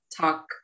talk